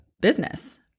business